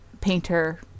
painter